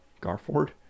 Garford